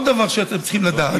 עוד דבר שאתם צריכים לדעת,